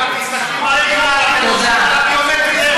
לא אמרתי,